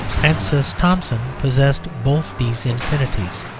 francis thompson possessed both these infinities.